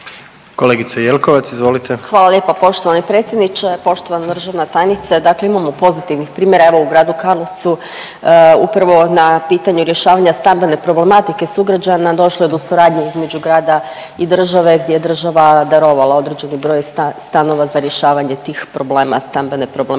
**Jelkovac, Marija (HDZ)** Hvala lijepa poštovani predsjedniče, poštovana državna tajnice. Dakle imamo pozitivnih primjera. Evo, u gradu Karlovcu upravo na pitanju rješavanja stambene problematike sugrađana došlo je do suradnje između grada i države gdje je država darovala određeni broj stanova za rješavanje tih problema stambene problematike